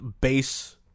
base